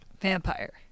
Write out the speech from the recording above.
Vampire